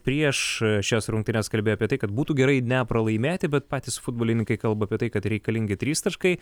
prieš šias rungtynes kalbėjo apie tai kad būtų gerai nepralaimėti bet patys futbolininkai kalba apie tai kad reikalingi trys taškai